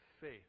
faith